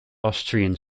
austrian